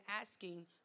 asking